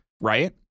right